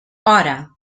hora